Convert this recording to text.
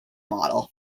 model